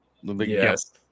Yes